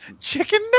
chicken